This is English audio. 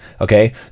okay